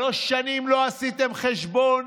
שלוש שנים לא עשיתם חשבון,